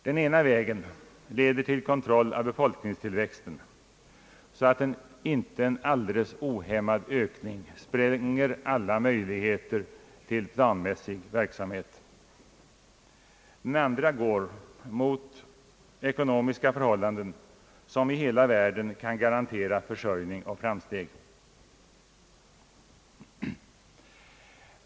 Den ena vägen leder till en kontroll av befolkningstillväxten så att inte en alldeles ohämmad ökning spränger alla möjligheter till planmässig verksamhet. Den andra vägen går mot ekonomiska förhållanden som i hela världen kan garantera försörjning och framsteg.